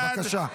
בבקשה.